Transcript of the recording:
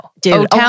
Dude